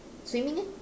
swimming eh